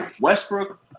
Westbrook